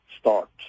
start